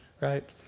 right